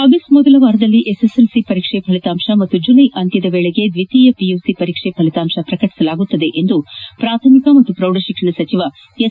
ಆಗಸ್ ಮೊದಲ ವಾರದಲ್ಲಿ ಎಸ್ಎಸ್ಎಲ್ಸಿ ಪರೀಕ್ಷೆಯ ಫಲಿತಾಂಶ ಹಾಗೂ ಜುಲ್ವೆ ಅಂತ್ಯದ ವೇಳೆಗೆ ದ್ವಿತೀಯ ಪಿಯುಸಿ ಪರೀಕ್ಷೆ ಫಲಿತಾಂಶ ಪ್ರಕಟಿಸಲಾಗುವುದು ಎಂದು ಪ್ರಾಥಮಿಕ ಹಾಗೂ ಪ್ರೌಢಶಿಕ್ಷಣ ಸಚಿವ ಎಸ್